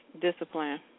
discipline